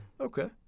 Okay